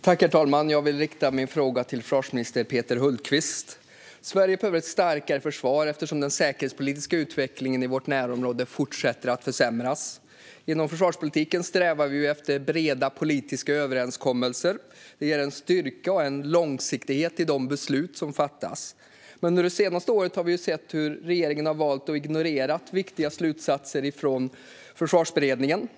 Herr talman! Jag riktar min fråga till försvarsminister Peter Hultqvist. Sverige behöver ett starkare försvar eftersom den säkerhetspolitiska utvecklingen i vårt närområde fortsätter att försämras. Inom försvarspolitiken strävar vi efter breda politiska överenskommelser. Det ger styrka och långsiktighet åt de beslut som fattas. Under det senaste året har vi sett hur regeringen har valt att ignorera viktiga slutsatser från Försvarsberedningen.